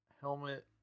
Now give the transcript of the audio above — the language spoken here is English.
helmet